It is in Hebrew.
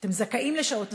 אתם זכאים לשעות נוספות,